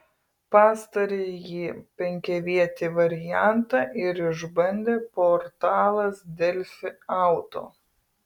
pastarąjį penkiavietį variantą ir išbandė portalas delfi auto